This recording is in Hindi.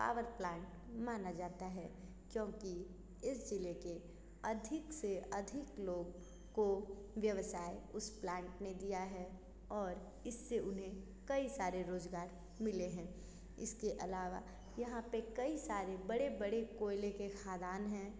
पावर प्लांट माना जाता है क्योंकि इस ज़िले के अधिक से अधिक लोग को व्यवसाय उस प्लांट ने दिया है और इस से उन्हें कई सारे रोज़गार मिले हैं इसके अलावा यहाँ पर कई सारे बड़े बड़े कोयले के खदान हैं